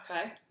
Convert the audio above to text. Okay